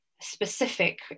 specific